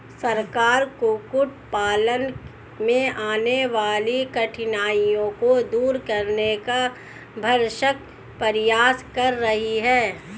सरकार कुक्कुट पालन में आने वाली कठिनाइयों को दूर करने का भरसक प्रयास कर रही है